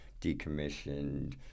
decommissioned